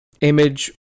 image